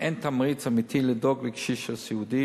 אין תמריץ אמיתי לדאוג לקשיש הסיעודי